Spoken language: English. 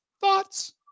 Thoughts